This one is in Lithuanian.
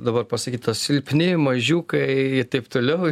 dabar pasakyta silpni mažiukai taip toliau